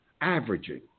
Averaging